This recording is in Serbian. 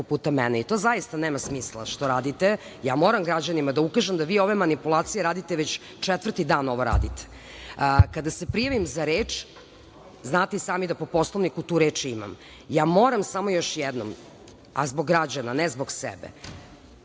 puta mene i to zaista nema smisla što radite. Ja moram da ukažem građanima da vi ove manipulacije radite već četvrti dan. Kada se prijavim za reč, znate i sami da po Poslovniku tu reč imam. Ja moram još jednom, zbog građana, ne zbog sebe,